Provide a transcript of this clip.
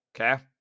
Okay